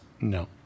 No